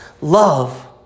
love